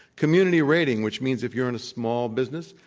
community rating, which means if you're in a small business,